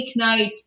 weeknight